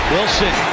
Wilson